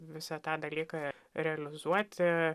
visą tą dalyką realizuoti